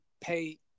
pay